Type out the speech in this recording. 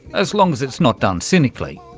as long as it's not done cynically.